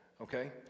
okay